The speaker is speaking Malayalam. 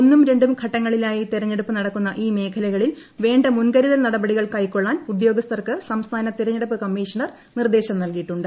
ഒന്നും രണ്ടും ഘട്ടങ്ങളിലായി തെരഞ്ഞെടുപ്പ് നടക്കുന്ന ഈ മേഖലകളിൽ വേണ്ട മുൻകരുതൽ നടപടികൾ കൈക്കൊള്ളാൻ ഉദ്യോഗസ്ഥർക്ക് സംസ്ഥാന തെരഞ്ഞെടുപ്പ് കമ്മീഷണർ നിർദ്ദേശം നൽകിയിട്ടുണ്ട്